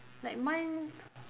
like mine